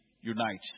unites